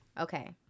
Okay